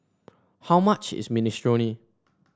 how much is Minestrone